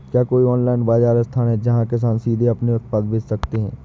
क्या कोई ऑनलाइन बाज़ार स्थान है जहाँ किसान सीधे अपने उत्पाद बेच सकते हैं?